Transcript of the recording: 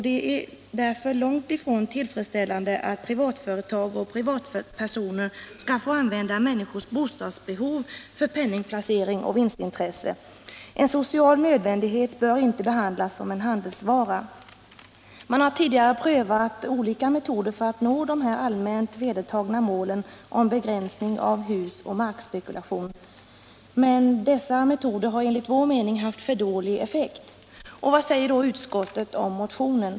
Det är därför långt ifrån tillfredsställande att privatföretag och privatpersoner skall få använda människors bostadsbehov för penningplacering och vinstintresse. En social nödvändighet bör inte behandlas som en handelsvara. Man har tidigare prövat olika metoder för att nå de allmänt vedertagna målen: begränsning av husoch markspekulation. Men dessa metoder har enligt vår mening haft för dålig effekt. Vad säger då utskottet om motionen?